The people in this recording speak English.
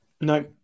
No